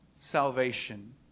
salvation